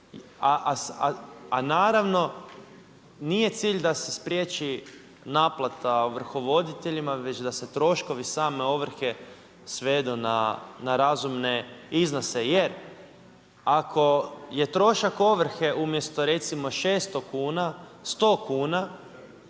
a naravno, nije cilj da se spriječi naplata ovrhovoditeljima, već da se troškovi same ovrhe svedu na razumne iznose, jer ako je trošak ovrhe umjesto recimo 600 kuna, 100 kuna,